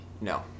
No